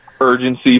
urgency